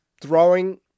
throwing